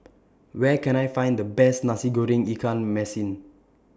Where Can I Find The Best Nasi Goreng Ikan Masin